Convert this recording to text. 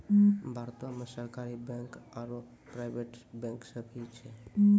भारतो मे सरकारी बैंक आरो प्राइवेट बैंक भी छै